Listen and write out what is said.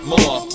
More